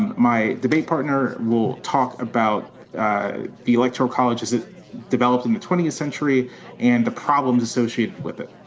my debate partner will talk about the electoral college as it developed in the twentieth century and the problems associated with it.